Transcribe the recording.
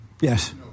Yes